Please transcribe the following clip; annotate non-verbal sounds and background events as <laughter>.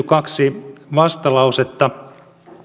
<unintelligible> kaksi vastalausetta